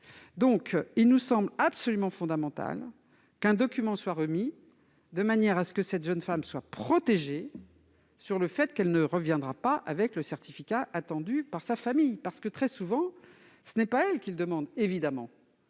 ? Il nous semble absolument fondamental qu'un document soit remis afin que cette jeune femme soit protégée si elle ne revient pas avec le certificat attendu par sa famille. Car, très souvent, ce n'est pas elle qui demande ce document,